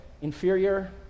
inferior